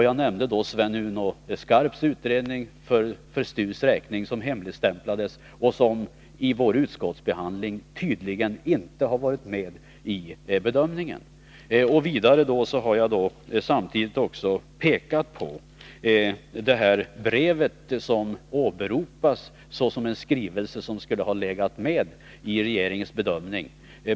Jag nämnde Sven-Uno Skarps utredning för STU:s räkning, som hemligstämplades och som tydligen inte varit med vid regeringens beredning. Jag har också pekat på det brev som åberopas såsom en skrivelse som skulle ha legat med vid regeringens bedömning.